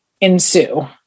ensue